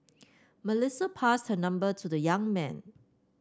Melissa passed her number to the young man